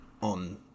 on